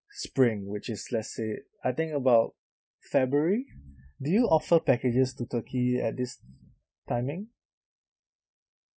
spring which is let's say I think about february do you offer packages to turkey at this timing